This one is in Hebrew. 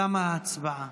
תמה ההצבעה.